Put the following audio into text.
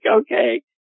okay